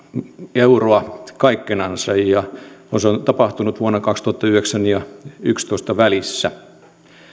euroa kaikkinensa ja se on tapahtunut vuosien kaksituhattayhdeksän ja kaksituhattayksitoista välissä